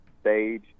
stage